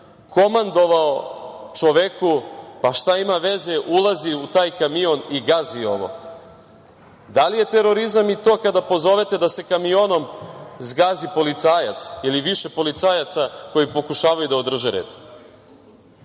komandovao čoveku – šta ima veze, ulazi u taj kamion i gazi ovo? Da li je terorizam i to kada pozovete da se kamionom zgazi policajac ili više policajaca koji pokušavaju da održe red? Da